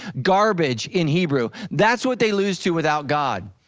garbage in hebrew that's what they lose too without god.